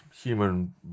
human